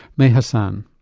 may hassan.